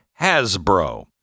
Hasbro